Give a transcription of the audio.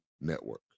Network